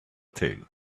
tail